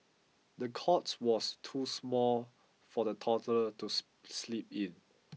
the cot was too small for the toddler to sleep in